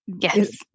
Yes